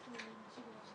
שהם עשו.